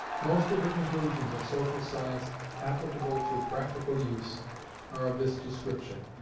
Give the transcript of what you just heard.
most of the conclusions of social science applicable to practical use are of this description.